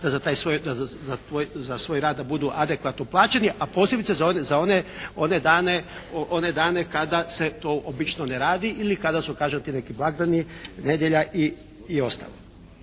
za taj svoj rada da budu adekvatno plaćeni. A posebice za one dane kada se to obično ne radi ili kada su kažem ti neki blagdani, nedjelja i ostalo.